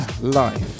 life